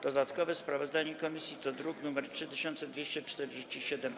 Dodatkowe sprawozdanie komisji to druk nr 3247-A.